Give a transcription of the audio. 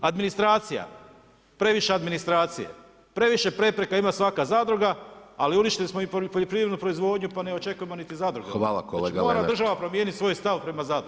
Administracija previše administracije, previše prepreka ima svaka zadruga, ali uništili smo i poljoprivrednu proizvodnju pa ne očekujemo niti zadruge [[Upadica: Hvala kolega.]] mora država promijenit svoj stav prema zadrugama.